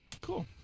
Cool